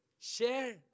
Share